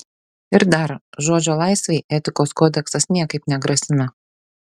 ir dar žodžio laisvei etikos kodeksas niekaip negrasina